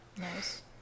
nice